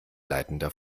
leitender